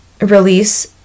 release